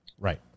Right